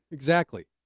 exactly.